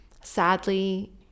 Sadly